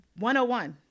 101